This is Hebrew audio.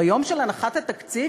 ביום של הנחת התקציב,